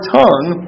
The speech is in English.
tongue